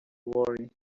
worry